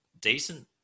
decent